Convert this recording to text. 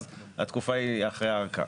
אז התקופה היא אחרי הארכה.